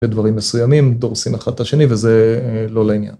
‫בדברים מסוימים דורסים אחד את השני ‫וזה לא לעניין.